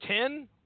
ten